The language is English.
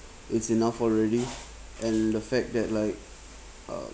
it's enough already and the fact that like